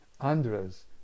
Andras